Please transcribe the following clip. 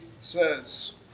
says